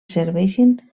serveixin